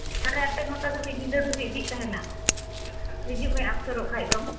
ᱥᱟᱲᱮ ᱟᱴᱟ ᱱᱚᱴᱟ ᱫᱷᱟᱹᱵᱤᱡ ᱧᱤᱫᱟᱹ ᱫᱷᱟᱹᱵᱤᱡ ᱡᱷᱤᱡ ᱛᱟᱦᱮᱱᱟ ᱦᱤᱡᱩᱜ ᱢᱮ ᱚᱵᱽᱥᱚᱨᱚᱜ ᱠᱷᱟᱡ ᱫᱚᱢ